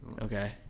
Okay